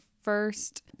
first